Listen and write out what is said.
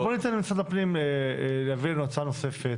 אז בוא ניתן למשרד הפנים להביא לנו הצעה נוספת